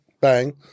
bang